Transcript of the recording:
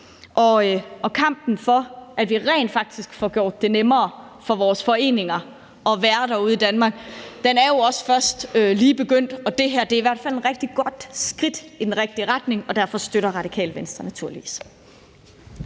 Kampen for, at vi rent faktisk får gjort det nemmere for vores foreninger at være derude i Danmark, er jo også først lige begyndt, og det her er i hvert fald et rigtig godt skridt i den rigtige retning, og derfor støtter Radikale Venstre det naturligvis.